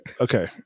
Okay